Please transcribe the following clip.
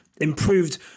improved